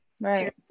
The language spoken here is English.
right